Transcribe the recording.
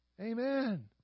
Amen